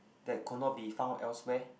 that could not be found elsewhere